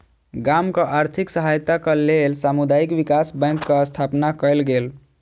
गामक आर्थिक सहायताक लेल समुदाय विकास बैंकक स्थापना कयल गेल